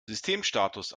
systemstatus